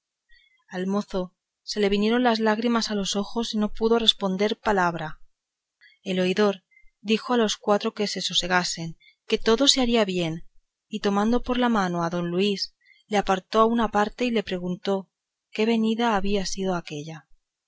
al mozo se le vinieron las lágrimas a los ojos y no pudo responder palabra el oidor dijo a los cuatro que se sosegasen que todo se haría bien y tomando por la mano a don luis le apartó a una parte y le preguntó qué venida había sido aquélla